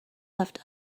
left